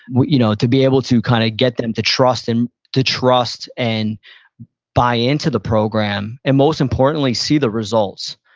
you know to be able to kind of get them to trust and to trust and buy into the program, and most importantly see the results.